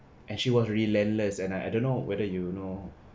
and she was relentless and I I don't know whether you know